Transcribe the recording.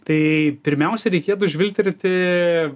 tai pirmiausia reikėtų žvilgterti